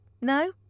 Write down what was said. No